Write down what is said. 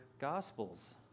Gospels